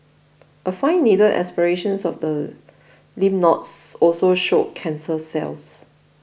a fine needle aspiration of the lymph nodes also showed cancer cells